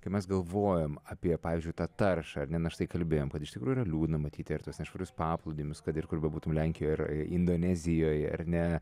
kai mes galvojam apie pavyzdžiui tą taršą ar ne na štai kalbėjom kad iš tikrųjų yra liūdna matyti ir tuos nešvarius paplūdimius kad ir kur bebūtum lenkijoj ar indonezijoj ar ne